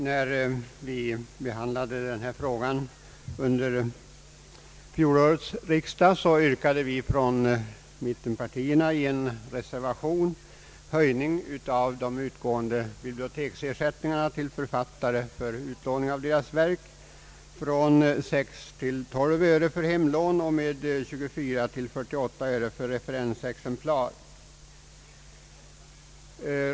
Herr talman! När denna fråga behandlades under fjolårets riksdag yrkade vi från mittenpartierna i en reservation höjning av de utgående biblioteksersättningarna till författare för utlåning av deras verk från 6 till 12 öre för hemlån och från 24 till 48 öre för referensexemplar.